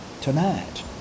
tonight